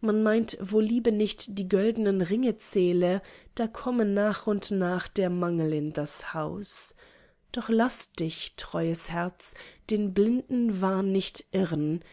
man meint wo liebe nicht die göldnen ringe zähle da komme nach und nach der mangel in das haus doch laß dich treues herz den blinden wahn nicht irren